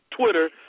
Twitter